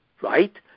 right